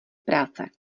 práce